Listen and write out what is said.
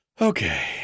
Okay